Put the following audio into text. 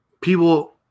People